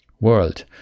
world